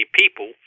people